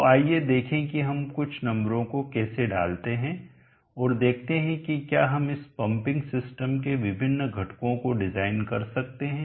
तो आइए देखें कि हम कुछ नंबरों को कैसे डालते हैं और देखते हैं कि क्या हम इस पंपिंग सिस्टम के विभिन्न घटकों को डिजाइन कर सकते हैं